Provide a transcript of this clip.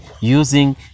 using